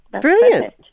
brilliant